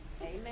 Amen